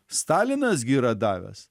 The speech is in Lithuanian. stalinas gi yra davęs